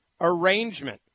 arrangement